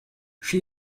she